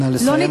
נא לסיים.